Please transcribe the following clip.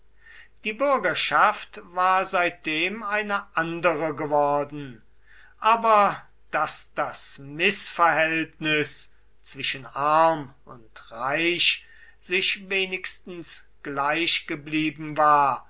die bürgerschaft war seitdem eine andere geworden aber daß das mißverhältnis zwischen arm und reich sich wenigstens gleichgeblieben war